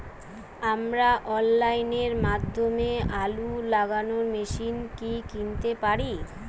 আমরা অনলাইনের মাধ্যমে আলু লাগানো মেশিন কি কিনতে পারি?